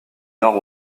nord